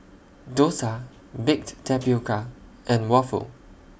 Dosa Baked Tapioca and Waffle